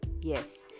Yes